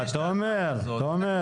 תומר, תומר.